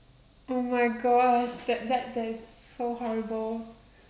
oh my gosh that that that is so horrible